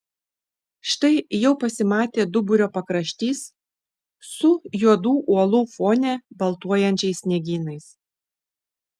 štai jau pasimatė duburio pakraštys su juodų uolų fone baltuojančiais sniegynais